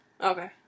Okay